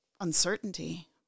uncertainty